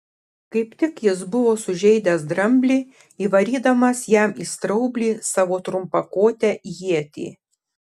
kaip tik jis buvo sužeidęs dramblį įvarydamas jam į straublį savo trumpakotę ietį